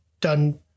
done